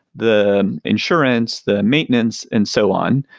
the insurance, the maintenance and so on.